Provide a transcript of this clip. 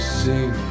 sing